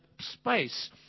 space